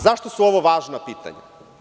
Zašto su ovo važna pitanja?